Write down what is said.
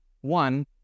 One